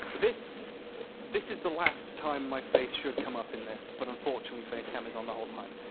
this this is the last time my face should come up in this, but unfortunately, face camera's on the whole time,